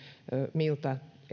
miltä